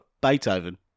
Beethoven